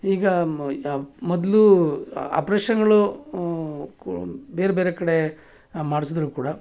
ಈಗ ಮ ಯಾ ಮೊದಲು ಆಪ್ರೇಷನ್ಗಳು ಬೇರೆ ಬೇರೆ ಕಡೆ ಮಾಡಿಸಿದ್ರು ಕೂಡ